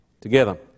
Together